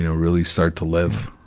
you know really start to live,